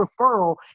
referral